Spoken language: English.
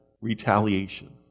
retaliation